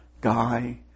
guy